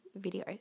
videos